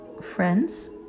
friends